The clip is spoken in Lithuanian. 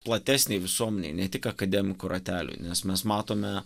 platesnei visuomenei ne tik akademikų rateliui nes mes matome